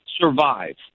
Survive